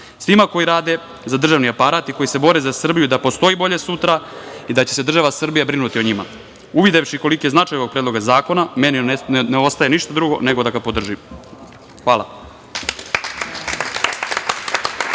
svima koji rade za državni aparat i koji se bore za Srbiju, da postoji bolje sutra i da će se država Srbija brinuti u njima. Uvidevši koliki je značaj ovog Predloga zakona, meni ne ostaje ništa drugo nego da ga podržim. Hvala.